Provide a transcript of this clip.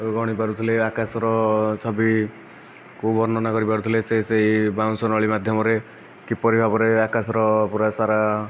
ଗଣିପାରୁଥିଲେ ଆକାଶର ଛବିକୁ ବର୍ଣ୍ଣନା କରିପାରୁଥିଲେ ସେ ସେହି ବାଉଁଶ ନଳୀ ମାଧ୍ୟମରେ କିପରି ଭାବରେ ଆକାଶର ପୁରା ସାରା